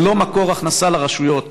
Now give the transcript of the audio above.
זה לא מקור הכנסה לרשויות.